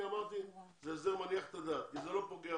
אמרתי זה הסדר שמניח את הדעת כי זה לא פוגע